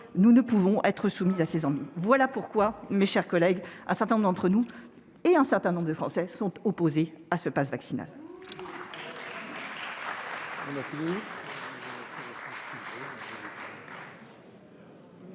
nous ne pouvons pas y être soumis. Voilà pourquoi, mes chers collègues, un certain nombre d'entre nous et un certain nombre de Français sont opposés au passe vaccinal.